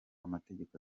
amategeko